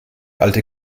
alte